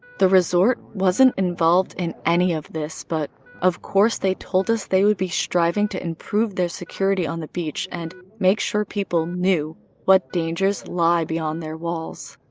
the resort wasn't involved in any of this, but of course they told us they would be striving to improve their security on the beach and make sure people knew what dangers lie beyond their walls.